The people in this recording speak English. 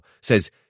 says